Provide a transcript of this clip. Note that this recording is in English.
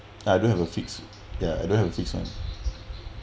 I don't have a fixed ya I don't have fixed one